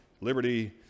liberty